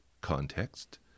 context